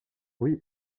oui